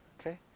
Okay